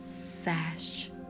sash